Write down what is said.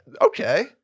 Okay